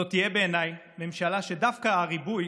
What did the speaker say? זו תהיה בעיניי ממשלה שדווקא הריבוי